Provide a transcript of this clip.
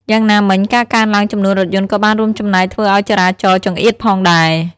យ៉ាងណាមិញ ការកើនឡើងចំនួនរថយន្តក៏បានរួមចំណែកធ្វើឱ្យចរាចរណ៍ចង្អៀតផងដែរ។